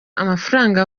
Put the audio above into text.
amafaranga